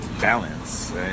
balance